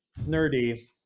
nerdy